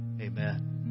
Amen